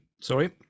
sorry